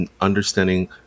understanding